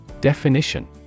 Definition